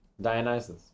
Dionysus